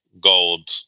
gold